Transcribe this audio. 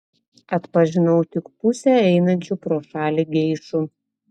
atpažinau tik pusę einančių pro šalį geišų